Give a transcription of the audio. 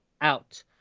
out